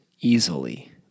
easily